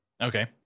Okay